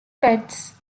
pets